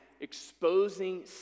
exposing